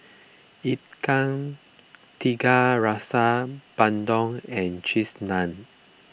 Ikan Tiga Rasa Bandung and Cheese Naan